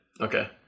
Okay